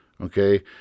Okay